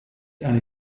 eine